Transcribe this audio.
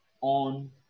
on